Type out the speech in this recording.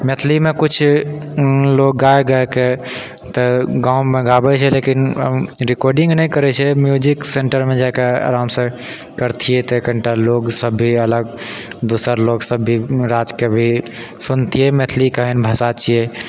मैथिलीमे कुछ लोग गा गा के तऽ गाँवमे गाबैत छै लेकिन रिकॉर्डिंग नहि करैत छै म्यूजिक सेन्टरमे जाए कऽ आरामसँ करतियै तऽ कनिटा लोगसभ भी अलग दोसर लोगसभ भी राज्यके भी सुनतियै मैथिली केहन भाषा छियै